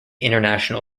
international